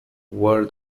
were